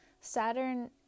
Saturn